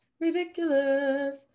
ridiculous